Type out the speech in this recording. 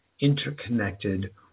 interconnected